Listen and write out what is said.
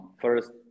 First